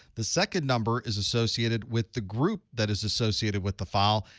the second number is associated with the group that is associated with the file,